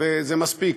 וזה מספיק.